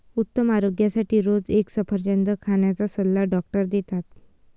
उत्तम आरोग्यासाठी रोज एक सफरचंद खाण्याचा सल्ला डॉक्टर देतात